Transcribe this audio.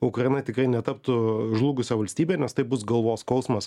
ukraina tikrai netaptų žlugusia valstybe nes tai bus galvos skausmas